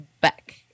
back